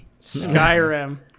Skyrim